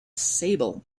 sable